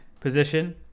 position